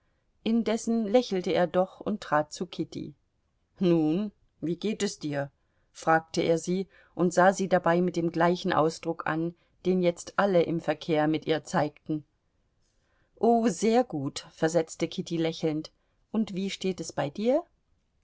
indessen lächelte er doch und trat zu kitty nun wie geht es dir fragte er sie und sah sie dabei mit dem gleichen ausdruck an den jetzt alle im verkehr mit ihr zeigten oh sehr gut versetzte kitty lächelnd und wie steht es bei dir